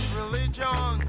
religion